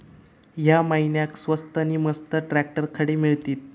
या महिन्याक स्वस्त नी मस्त ट्रॅक्टर खडे मिळतीत?